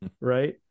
Right